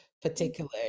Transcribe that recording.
particular